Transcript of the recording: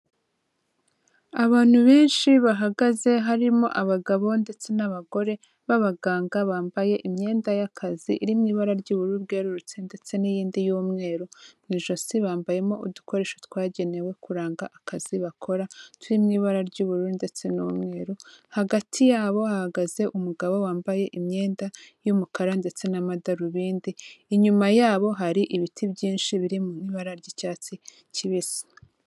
Abantu benshi bahagaze harimo abagabo ndetse n'abagore b'abaganga bambaye imyenda y'akazi, iri mu ibara ry'ubururu bwerurutse ndetse n'iyindi y'umweru, mu ijosi bambayemo udukoresho twagenewe kuranga akazi bakora, turi mu ibara ry'ubururu ndetse n'umweru, hagati yabo hahagaze umugabo wambaye imyenda y'umukara ndetse n'amadarubindi, inyuma yabo hari ibiti byinshi biri mu ibara ry'icyatsi kibisi